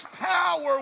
power